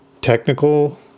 technical